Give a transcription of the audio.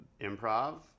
improv